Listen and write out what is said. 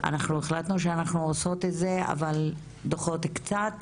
אנחנו החלטנו שאנחנו עושות את זה אבל דוחות את זה קצת